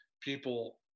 people